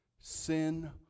Sin